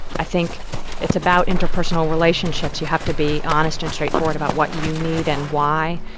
i think it's about interpersonal relationships. you have to be honest and straightforward about what you need and why.